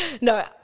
No